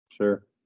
Sure